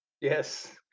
Yes